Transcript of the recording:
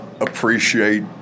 appreciate